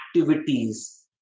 activities